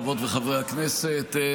חברות וחברי הכנסת,